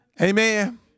amen